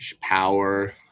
power